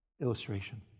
illustration